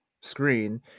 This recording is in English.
screen